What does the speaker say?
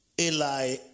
Eli